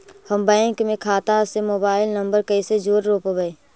हम बैंक में खाता से मोबाईल नंबर कैसे जोड़ रोपबै?